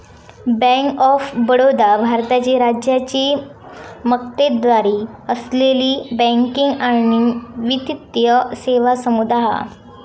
bank of Baroda भारताची राज्याची मक्तेदारी असलेली बँकिंग आणि वित्तीय सेवा समूह हा